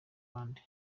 abandi